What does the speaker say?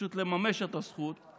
פשוט לממש את הזכות.